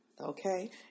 okay